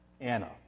Anna